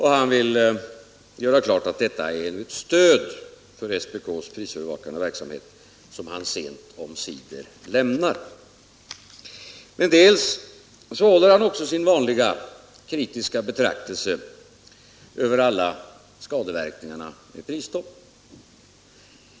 Han ville göra klart att detta är ett stöd åt SPK:s prisövervakande verksamhet som han sent omsider lämnar. Men handelsministern håller också sina vanliga kritiska betraktelser över alla skadeverkningar av prisstoppet.